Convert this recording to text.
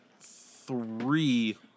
three